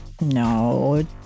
No